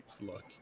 look